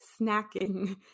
snacking